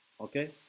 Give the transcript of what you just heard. okay